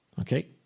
okay